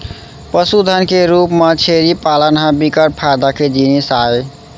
पसुधन के रूप म छेरी पालन ह बिकट फायदा के जिनिस आय